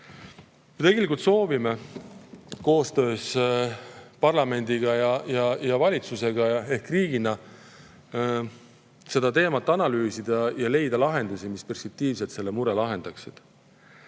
tegelikult soovime koostöös parlamendi ja valitsusega ehk riigina seda teemat analüüsida ja leida lahendusi, mis perspektiivselt selle mure lahendaksid.